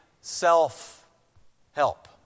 self-help